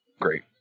great